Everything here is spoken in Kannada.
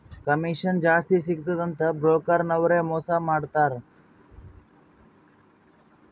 ಕಮಿಷನ್ ಜಾಸ್ತಿ ಸಿಗ್ತುದ ಅಂತ್ ಬ್ರೋಕರ್ ನವ್ರೆ ಮೋಸಾ ಮಾಡ್ತಾರ್